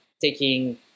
taking